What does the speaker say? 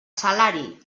salari